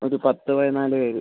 ഒര് പത്ത് പതിനാല് പേര്